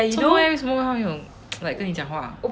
做么 leh 为什么他没有 like 跟你讲话